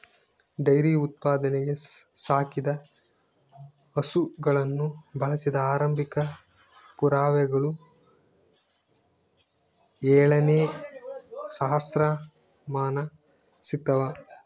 dairy ಉತ್ಪಾದನೆಗೆ ಸಾಕಿದ ಹಸುಗಳನ್ನು ಬಳಸಿದ ಆರಂಭಿಕ ಪುರಾವೆಗಳು ಏಳನೇ ಸಹಸ್ರಮಾನ ಸಿಗ್ತವ